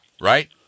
right